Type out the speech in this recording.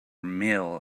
meal